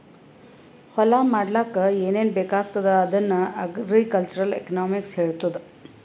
ಹೊಲಾ ಮಾಡ್ಲಾಕ್ ಏನೇನ್ ಬೇಕಾಗ್ತದ ಅದನ್ನ ಅಗ್ರಿಕಲ್ಚರಲ್ ಎಕನಾಮಿಕ್ಸ್ ಹೆಳ್ತುದ್